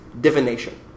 divination